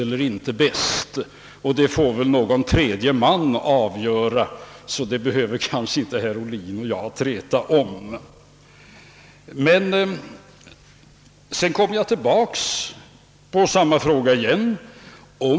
Någon tredje man får väl avgöra den saken, så det behöver kanske inte herr Ohlin och jag träta om. Sedan återkommer jag till samma fråga som jag nyss talade om.